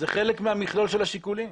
זה חלק מהמכלול של השיקולים.